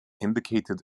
indicated